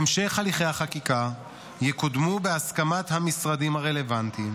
בהמשך הליכי החקיקה יקודמו בהסכמת המשרדים הרלוונטיים.